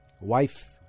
wife